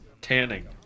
tanning